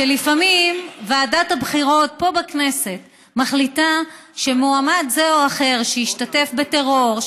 שלפעמים ועדת הבחירות פה בכנסת מחליטה שמועמד זה או אחר שהשתתף בטרור,